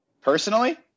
Personally